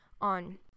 on